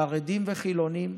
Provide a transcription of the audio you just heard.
חרדים וחילונים,